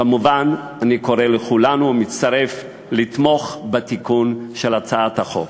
כמובן, אני קורא לכולנו להצטרף ולתמוך בהצעת החוק.